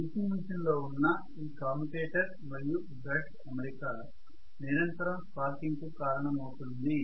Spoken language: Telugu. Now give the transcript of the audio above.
DC మెషిన్ లో ఉన్న ఈ కమ్యుటేటర్ మరియు బ్రష్ అమరిక నిరంతరం స్పార్కింగ్కు కారణమవుతుంది